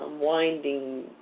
winding